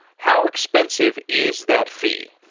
how expensive is that fee?